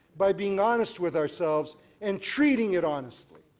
by being honest with ourselves and treating it honestly.